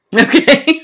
Okay